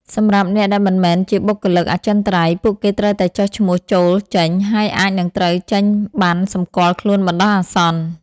សម្រាប់អ្នកដែលមិនមែនជាបុគ្គលិកអចិន្ត្រៃយ៍ ពួកគេត្រូវតែចុះឈ្មោះចូល-ចេញ ហើយអាចនឹងត្រូវចេញបណ្ណសម្គាល់ខ្លួនបណ្ដោះអាសន្ន។